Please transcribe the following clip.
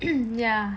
ya